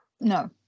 No